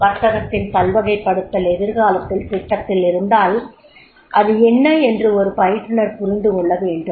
வர்த்தகத்தின் பல்வகைப்படுத்தல் எதிர்காலத் திட்டத்தில் இருந்தால் அது என்ன என்று ஒரு பயிற்றுனர் புரிந்து கொள்ள வேண்டும்